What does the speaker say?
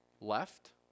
left